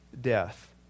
death